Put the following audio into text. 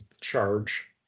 charge